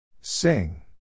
Sing